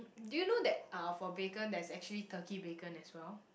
do you know that uh for bacon there's actually Turkey bacon as well